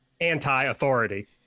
anti-authority